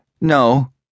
No